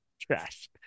trash